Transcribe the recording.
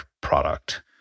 product